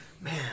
man